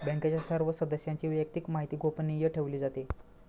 बँकेच्या सर्व सदस्यांची वैयक्तिक माहिती गोपनीय ठेवली जाते